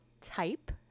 type